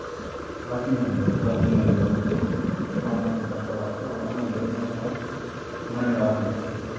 प्रचीन मन्दर ऐ ओह् प्राचीन मन्दर आक्खा ना पराना मंदर ऐ बड़ा पराना मन्दर में आक्खा ना मन्नने आह्ला मन्दर ऐ